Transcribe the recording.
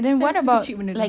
pasal kecil benda tu